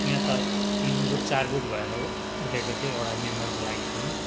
यहाँ त तिन गुट चार गुट भएर उठेको थियो एउटा मेम्बरको लागि पनि